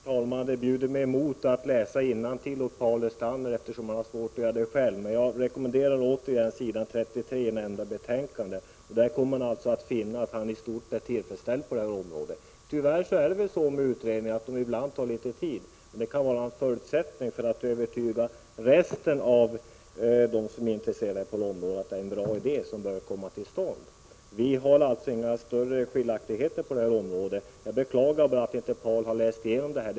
Herr talman! Det bjuder mig emot att läsa innantill för Paul Lestander eftersom han borde kunna göra det själv. Återigen rekommenderar jag s. 33 i nämnda betänkande. Där kommer han att finna att hans önskemål på detta område i stort sett är tillfredsställda. Tyvärr tar utredningar litet tid. Men de kan vara en förutsättning för att övertyga andra som är intresserade av detta område att det är en bra idé som kommer till utförande. Det finns alltså inga större skiljaktigheter mellan oss på detta område. Jag beklagar bara att Paul Lestander inte har läst igenom betänkandet.